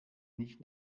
nicht